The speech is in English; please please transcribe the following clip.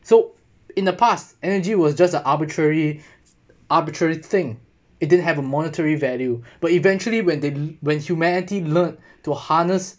so in the past energy was just an arbitrary arbitrary thing it didn't have a monetary value but eventually when the when humanity learn to harness